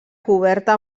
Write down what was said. coberta